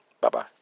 Bye-bye